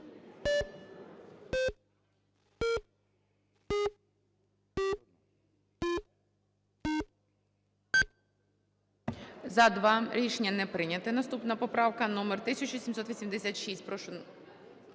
За-2 Рішення не прийнято. Наступна поправка номер 1786, прошу.